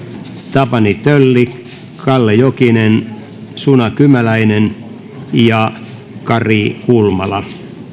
tapani tölli kalle jokinen suna kymäläinen ja kari kulmala